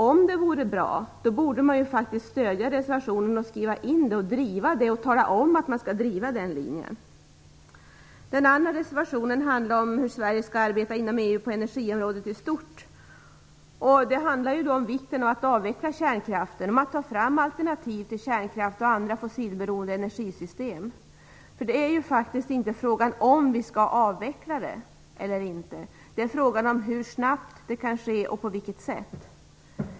Om det vore bra, borde man ju faktiskt stödja reservationen och tala om att man skall driva den linjen. Den andra reservationen handlar om hur Sverige skall arbeta inom EU på energiområdet i stort. Det handlar då om vikten att avveckla kärnkraften och att ta fram alternativ till kärnkraft och andra fossilberoende energisystem, för det är ju faktiskt inte fråga om ifall vi skall avveckla kärnkraften eller inte. Det är fråga om hur snabbt det kan ske och på vilket sätt.